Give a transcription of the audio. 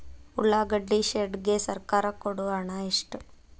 ಉಳ್ಳಾಗಡ್ಡಿ ಶೆಡ್ ಗೆ ಸರ್ಕಾರ ಕೊಡು ಹಣ ಎಷ್ಟು?